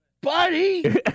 Buddy